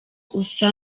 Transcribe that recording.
usa